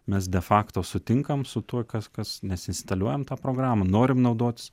mes be fakto sutinkame su tuo kas kas nes instaliuojam tą programą norim naudotis